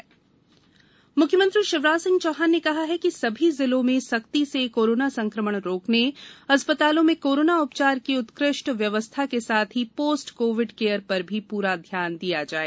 post COVID care मुख्यमंत्री शिवराज सिंह चौहान ने कहा है कि समी जिलों में सख्ती से कोरोना संक्रमण रोकने अस्पतालों में कोरोना उपचार की उत्कृष्ट व्यवस्था के साथ ही पोस्ट कोविड केयर पर भी पूरा ध्यान दिया जाए